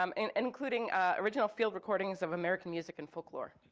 um and including original field recordings of american music and folklore.